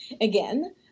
again